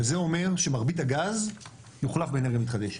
וזה אומר שמרבית הגז יוחלף באנרגיה מתחדשת.